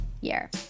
year